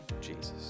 Jesus